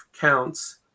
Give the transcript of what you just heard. counts